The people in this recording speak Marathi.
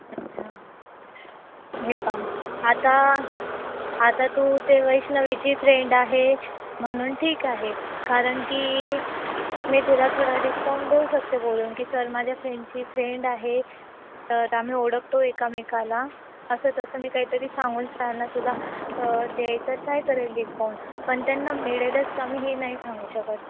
अच्छा व्हे का आता आता तू ते वैष्णवीची फ्रेंड आहे म्हणून ठीक आहे कारणकी मी तुला थोडा डिस्काउंट देऊ शकते बोलून की सर माझ्या फ्रेंडची फ्रेंड आहे तर आम्ही ओळखतो एकामेकाला असं तसं मी काहीतरी सांगून सरांना तुला द्यायचा ट्राय करेल डिस्काउंट पण त्यांना मिळेलच का मी हे नाही सांगू शकत